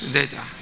data